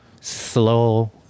slow